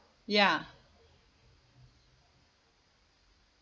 ya